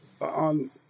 on